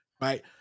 Right